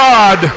God